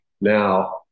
now